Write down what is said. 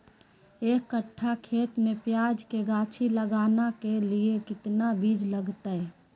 एक कट्ठा खेत में प्याज के गाछी लगाना के लिए कितना बिज लगतय?